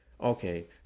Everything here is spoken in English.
Okay